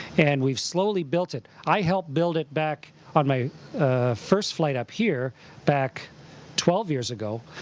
and we've slowly built it. i helped build it back on my first flight up here back twelve years ago.